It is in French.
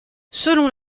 selon